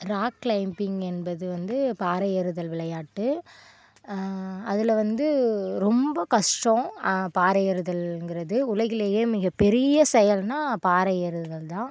rock climbing என்பது வந்து பாறை ஏறுதல் விளையாட்டு அதில் வந்து ரொம்ப கஷ்டம் பாறை ஏறுதல்ங்கிறது உலகிலேயே மிகப்பெரிய செயல்னா பாறை ஏறுதல் தான்